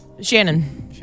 Shannon